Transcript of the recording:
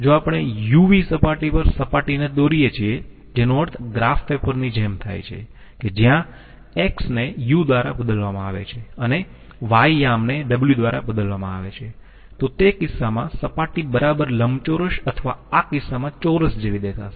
જો આપણે u v સપાટી પર સપાટી ને દોરીએ છીએ જેનો અર્થ ગ્રાફ પેપર ની જેમ થાય છે કે જ્યા x ને u દ્વારા બદલવામાં આવે છે અને y યામ ને w દ્વારા બદલવામાં આવે છે તો તે કિસ્સામાં સપાટી બરાબર લંબચોરસ અથવા આ કિસ્સામાં ચોરસ જેવી દેખાશે